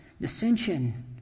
dissension